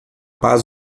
paz